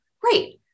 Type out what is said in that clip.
Great